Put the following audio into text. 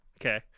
Okay